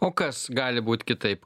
o kas gali būt kitaip